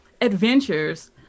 adventures